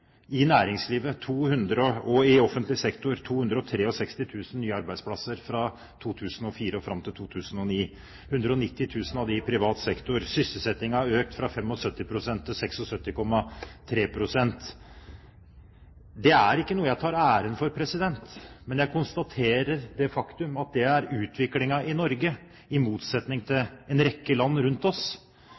nye arbeidsplasser fra 2004 og fram til 2009. 190 000 av disse er i privat sektor. Sysselsettingen har økt fra 75 pst. til 76,3 pst. Det er ikke noe jeg tar æren for, men jeg konstaterer det faktum at det er utviklingen i Norge, i motsetning til i en rekke land rundt oss.